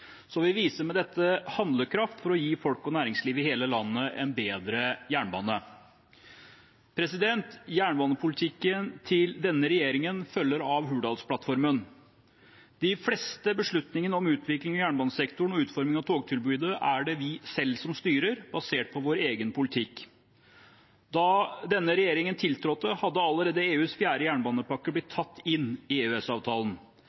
Vi viser med dette handlekraft for å gi folk og næringsliv i hele landet en bedre jernbane. Jernbanepolitikken til denne regjeringen følger av Hurdalsplattformen. De fleste beslutningene om utvikling i jernbanesektoren og utforming av togtilbudet er det vi selv som styrer, basert på vår egen politikk. Da denne regjeringen tiltrådte, hadde allerede EUs fjerde jernbanepakke blitt